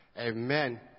Amen